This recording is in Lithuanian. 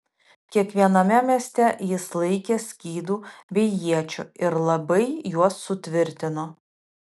kiekviename mieste jis laikė skydų bei iečių ir labai juos sutvirtino